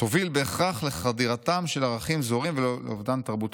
תוביל בהכרח לחדירתם של ערכים זרים ולאובדן תרבותי".